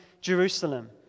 Jerusalem